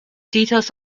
details